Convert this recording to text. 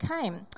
came